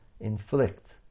inflict